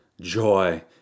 joy